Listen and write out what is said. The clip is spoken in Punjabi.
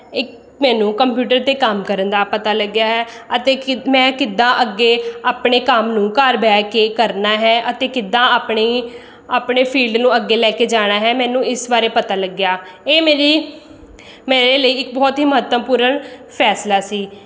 ਇੱਕ ਮੈਨੂੰ ਕੰਪਿਊਟਰ 'ਤੇ ਕੰਮ ਕਰਨ ਦਾ ਪਤਾ ਲੱਗਿਆ ਹੈ ਅਤੇ ਕਿੱ ਮੈਂ ਕਿੱਦਾਂ ਅੱਗੇ ਆਪਣੇ ਕੰਮ ਨੂੰ ਘਰ ਬਹਿ ਕੇ ਕਰਨਾ ਹੈ ਅਤੇ ਕਿੱਦਾਂ ਆਪਣੀ ਆਪਣੇ ਫੀਲਡ ਨੂੰ ਅੱਗੇ ਲੈ ਕੇ ਜਾਣਾ ਹੈ ਮੈਨੂੰ ਇਸ ਬਾਰੇ ਪਤਾ ਲੱਗਿਆ ਇਹ ਮੇਰੀ ਮੇਰੇ ਲਈ ਇੱਕ ਬਹੁਤ ਹੀ ਮਹੱਤਵਪੂਰਨ ਫੈਸਲਾ ਸੀ